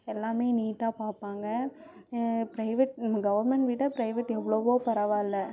எல்லாம் நீட்டாக பார்ப்பாங்க ப்ரைவேட் நம்ம கவர்மெண்ட் விட ப்ரைவேட் எவ்ளவோ பரவாயில்லை